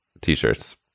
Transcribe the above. t-shirts